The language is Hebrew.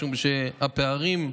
משום שהפערים,